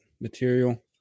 material